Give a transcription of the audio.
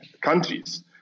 countries